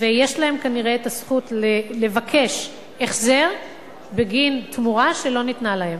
ויש להם כנראה זכות לקבל החזר בגין תמורה שלא ניתנה להם.